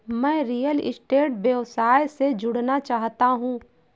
मैं real estate व्यवसाय से जुड़ना चाहता हूँ